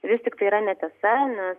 vis tiktai yra netiesa nes